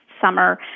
Summer